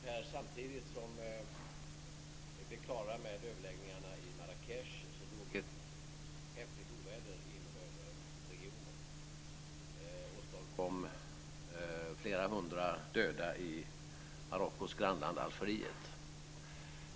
Fru talman! Ungefär samtidigt som vi blev klara med överläggningarna i Marrakech drog ett häftigt oväder in över regionen och åstadkom flera hundra döda i Marockos grannland Algeriet.